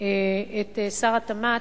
את שר התמ"ת,